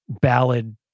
ballad